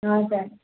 हजुर